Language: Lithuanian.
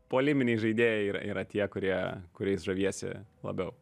puoliminiai žaidėjai yra yra tie kurie kuriais žaviesi labiau